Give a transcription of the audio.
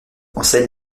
enseigne